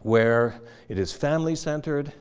where it is family centered,